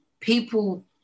people